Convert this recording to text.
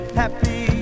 happy